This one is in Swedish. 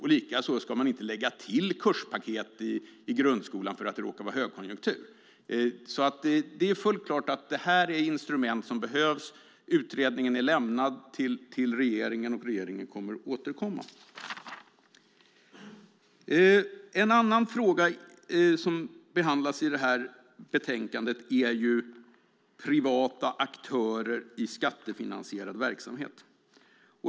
Inte heller ska man lägga till kurspaket i grundskolan för att det råkar vara högkonjunktur. Det är fullt klart att det behövs instrument. Utredningen är lämnad till regeringen, och regeringen kommer att återkomma. En annan fråga som behandlas i betänkandet är privata aktörer i skattefinansierad verksamhet.